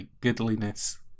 goodliness